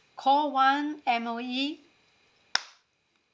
call one M_O_E